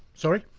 sorry?